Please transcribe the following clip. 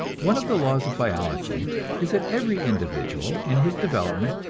one of the laws of biology is that every individual, in his development,